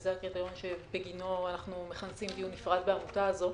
שזה הקריטריון שבגינו אנחנו מכנסים דיון בעמותה הזאת,